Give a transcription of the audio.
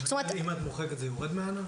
אם את מוחקת זה יורד מהענן?